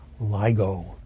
LIGO